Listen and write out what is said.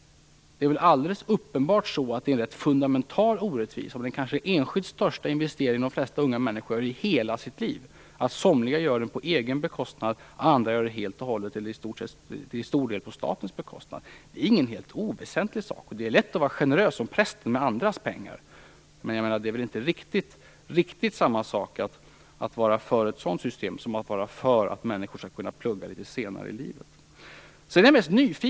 Det är en fundamental orättvisa att somliga studerar på egen bekostnad och att andra till stor del gör det på statens bekostnad. Det handlar om en stor investering som de flesta unga människor gör, kanske den största i livet. Det är inte oväsentligt. Det är lätt att vara generös som prästen med andras pengar. Det är inte riktigt samma sak att vara för ett sådant system som att vara för att människor skall kunna plugga litet senare i livet.